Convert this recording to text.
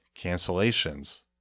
cancellations